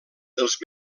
dels